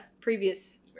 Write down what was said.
previous